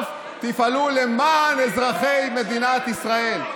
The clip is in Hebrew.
פוגעים באזרחים של מדינת ישראל,